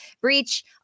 Breach